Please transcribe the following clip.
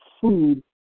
Food